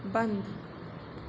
बंद